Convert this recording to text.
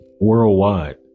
worldwide